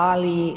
Ali